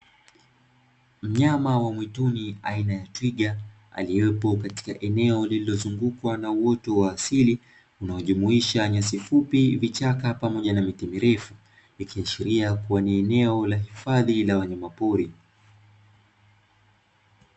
Mnyama wa mwituni aina ya twiga aliyepo katika eneo lililozungukwa na uoto wa asili unaojumuisha nyasi fupi, vichaka pamoja na miti mirefu, ikiashiria kuwa ni eneo la hifadhi la wanyamapori.